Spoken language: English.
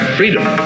freedom